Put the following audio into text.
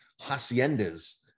haciendas